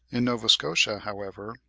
in nova scotia, however,